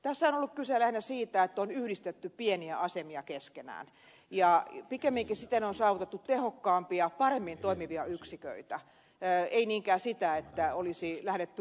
tässähän on ollut kyse lähinnä siitä että on yhdistetty pieniä asemia keskenään ja pikemminkin siten on saavutettu tehokkaampia ja paremmin toimivia yksiköitä ei niinkään sitä että olisi lähdetty lakkautuslinjalle